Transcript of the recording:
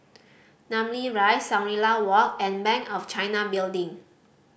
Namly Rise Shangri La Walk and Bank of China Building